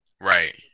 Right